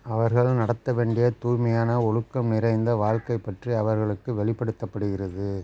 அவர்கள் நடத்த வேண்டிய தூய்மையான ஒழுக்கம் நிறைந்த வாழ்க்கைப் பற்றி அவர்களுக்கு வெளிப்படுத்தப்படுகிறது